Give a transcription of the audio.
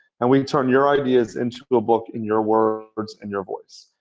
and we turn your ideas into a book in your words and your voice.